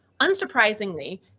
Unsurprisingly